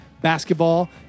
basketball